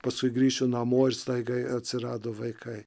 paskui grįšiu namo ir staiga atsirado vaikai